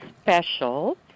special